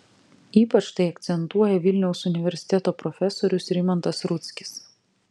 ypač tai akcentuoja vilniaus universiteto profesorius rimantas rudzkis